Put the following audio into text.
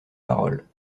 paroles